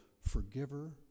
forgiver